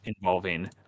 involving